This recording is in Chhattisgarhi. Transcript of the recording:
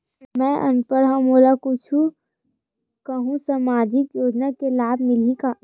मैं अनपढ़ हाव मोला कुछ कहूं सामाजिक योजना के लाभ मिलही का?